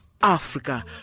Africa